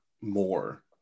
more